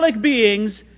beings